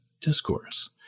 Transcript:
discourse